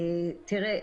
תראו,